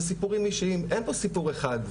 זה סיפורים אישיים אין פה סיפור אחד,